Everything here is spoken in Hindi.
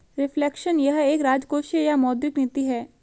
रिफ्लेक्शन यह एक राजकोषीय या मौद्रिक नीति है